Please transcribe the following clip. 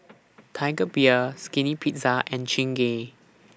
Tiger Beer Skinny Pizza and Chingay